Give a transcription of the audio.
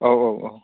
औ औ औ